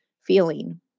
feeling